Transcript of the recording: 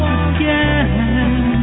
again